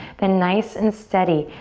then nice and steady,